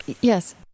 Yes